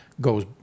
goes